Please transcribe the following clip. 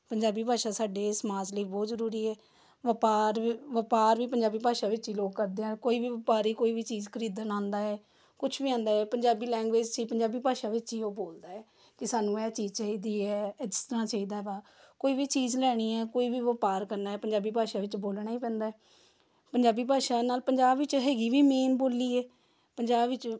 ਪੰਜਾਬੀ ਭਾਸ਼ਾ ਸਾਡੇ ਸਮਾਜ ਲਈ ਬਹੁਤ ਜ਼ਰੂਰੀ ਹੈ ਵਪਾਰ ਵਪਾਰ ਵੀ ਪੰਜਾਬੀ ਭਾਸ਼ਾ ਵਿੱਚ ਹੀ ਲੋਕ ਕਰਦੇ ਆ ਕੋਈ ਵੀ ਵਪਾਰੀ ਕੋਈ ਵੀ ਚੀਜ਼ ਖਰੀਦਣ ਆਉਂਦਾ ਹੈ ਕੁਛ ਵੀ ਆਉਂਦਾ ਹੈ ਪੰਜਾਬੀ ਲੈਂਗੁਏਜ 'ਚ ਹੀ ਪੰਜਾਬੀ ਭਾਸ਼ਾ ਵਿੱਚ ਹੀ ਉਹ ਬੋਲਦਾ ਹੈ ਕਿ ਸਾਨੂੰ ਇਹ ਚੀਜ਼ ਚਾਹੀਦੀ ਹੈ ਇਸ ਤਰ੍ਹਾਂ ਚਾਹੀਦਾ ਵਾ ਕੋਈ ਵੀ ਚੀਜ਼ ਲੈਣੀ ਹੈ ਕੋਈ ਵੀ ਵਪਾਰ ਕਰਨਾ ਹੈ ਪੰਜਾਬੀ ਭਾਸ਼ਾ ਵਿੱਚ ਬੋਲਣਾ ਹੀ ਪੈਂਦਾ ਪੰਜਾਬੀ ਭਾਸ਼ਾ ਨਾਲ ਪੰਜਾਬ ਵਿੱਚ ਹੈਗੀ ਵੀ ਮੇਨ ਬੋਲੀ ਹੈ ਪੰਜਾਬ ਵਿੱਚ